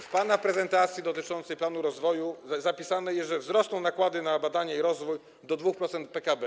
W pana prezentacji dotyczącej planu rozwoju zapisane jest, że wzrosną nakłady na badania i rozwój do 2% PKB.